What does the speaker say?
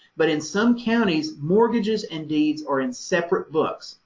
but in some counties, mortgages and deeds are in separate books.